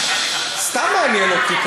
סתם מעניין אותי,